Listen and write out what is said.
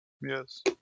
Yes